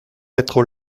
être